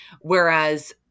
whereas